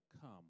come